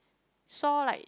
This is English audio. saw like